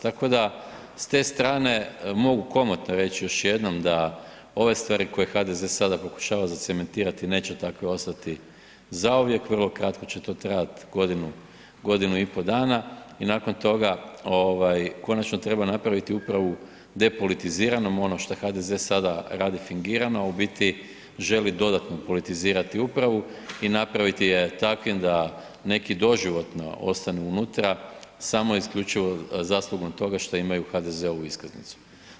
Tako da s te strane mogu komotno reći još jednom da ove stvari koje HDZ sada pokušava zacementirati neće takve ostati zauvijek, vrlo kratko će to trajat godinu, godinu i po dana i nakon toga ovaj konačno treba napraviti upravu depolitiziranom ono što HDZ sada radi fingirano, a u biti želi dodatno politizirati upravu i napraviti je takvim da neki doživotno ostanu unutra, samo isključivo zaslugom toga šta imaju HDZ-ovu iskaznicu.